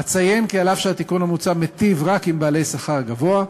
אציין כי אף שהתיקון המוצע מיטיב רק עם בעלי שכר גבוה,